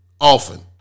Often